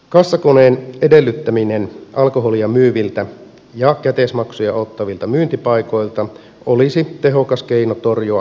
kassakoneen edellyttäminen alkoholia myyviltä ja käteismaksuja ottavilta myyntipaikoilta olisi tehokas keino torjua harmaata taloutta